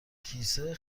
کیسه